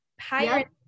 higher